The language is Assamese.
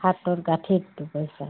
হাঁতৰ গাঁঠিত দুখ পাইছা